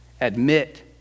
Admit